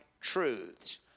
truths